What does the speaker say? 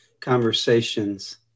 conversations